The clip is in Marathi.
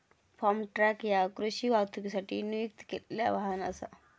फार्म ट्रक ह्या कृषी वाहतुकीसाठी नियुक्त केलेला वाहन असा